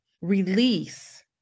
release